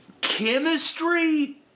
Chemistry